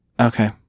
Okay